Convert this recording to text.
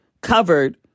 covered